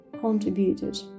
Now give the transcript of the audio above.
contributed